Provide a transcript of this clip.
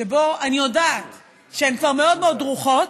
שבו אני יודעת שהן כבר מאוד מאוד דרוכות.